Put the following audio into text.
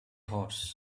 horse